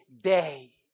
day